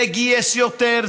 זה גייס יותר,